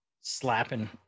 slapping